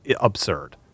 absurd